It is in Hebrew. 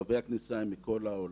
מסורבי הכניסה הם מכל העולם.